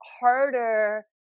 harder